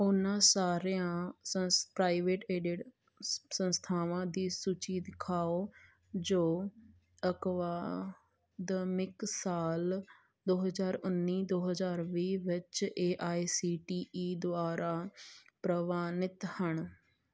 ਉਹਨਾਂ ਸਾਰੀਆਂ ਸੰਸ ਪ੍ਰਾਈਵੇਟ ਏਡੀਡ ਸੰਸਥਾਵਾਂ ਦੀ ਸੂਚੀ ਦਿਖਾਓ ਜੋ ਅਕਾਦਮਿਕ ਸਾਲ ਦੋ ਹਜ਼ਾਰ ਉੱਨੀ ਦੋ ਹਜ਼ਾਰ ਵੀਹ ਵਿੱਚ A I C T E ਦੁਆਰਾ ਪ੍ਰਵਾਨਿਤ ਹਨ